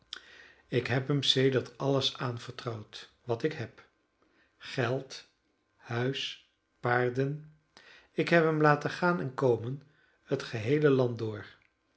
ik heb hem sedert alles aanvertrouwd wat ik heb geld huis paarden ik heb hem laten gaan en komen het geheele land door